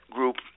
Group